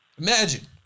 Imagine